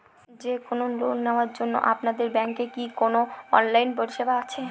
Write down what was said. যে কোন লোন নেওয়ার জন্য আপনাদের ব্যাঙ্কের কি কোন অনলাইনে পরিষেবা আছে?